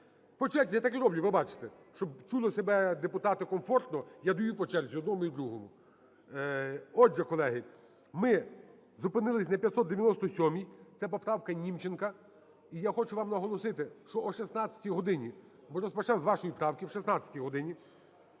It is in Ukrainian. По черзі, я так і роблю, ви бачите. Щоб відчули себе депутати комфортно, я даю по черзі одному і другому. Отже, колеги, ми зупинились на 597-й. Це поправкаНімченка. І я хочу вам наголосити, що о 16 годині ми розпочнемо з вашої правки, в 16 годині.